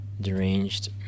deranged